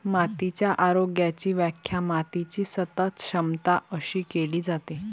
मातीच्या आरोग्याची व्याख्या मातीची सतत क्षमता अशी केली जाते